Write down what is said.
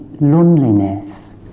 loneliness